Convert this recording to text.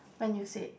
when you said